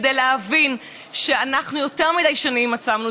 כדי להבין שאנחנו יותר מדי שנים עצמנו